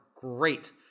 great